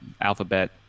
alphabet